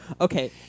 Okay